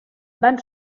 van